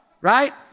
right